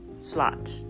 slot